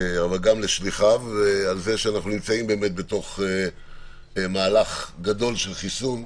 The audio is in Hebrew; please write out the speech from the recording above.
אבל גם לשליחיו על זה שאנחנו נמצאים בתוך מהלך גדול של חיסון,